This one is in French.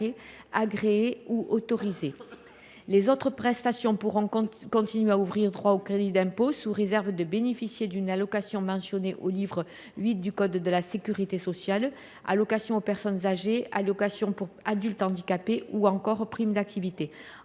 agréés ou autorisés. Les autres prestations pourront continuer d’ouvrir droit au crédit d’impôt, sous réserve de bénéficier d’une allocation mentionnée au livre VIII du code de la sécurité sociale : allocations aux personnes âgées, allocation aux adultes handicapés ou encore prime d’activité. En